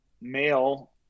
male